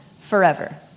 forever